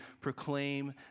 proclaim